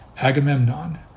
Agamemnon